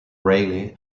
rayleigh